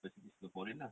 especially singaporean lah